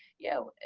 you know,